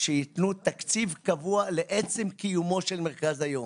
שייתנו תקציב קבוע לעצם קיומו של מרכז היום.